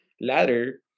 ladder